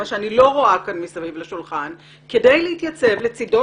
מה שאני לא רואה כאן מסביב לשולחן כדי להתייצב לצידו